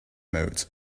mode